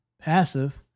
passive